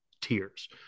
tiers